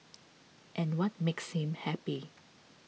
and what makes him happy